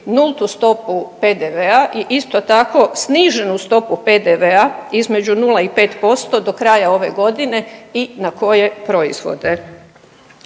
nultu stopu PDV-a i isto tako sniženu stopu PDV-a između nula i pet posto do kraja ove godine i na koje proizvode.